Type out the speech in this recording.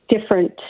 different